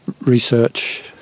research